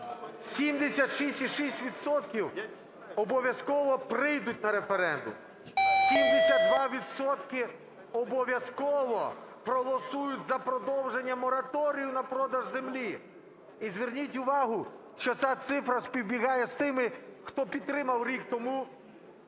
обов'язково прийдуть на референдум, 72 відсотки обов'язково проголосують за продовження мораторію на продаж землі. І зверніть увагу, що ця цифра співпадає з тими, хто підтримав рік тому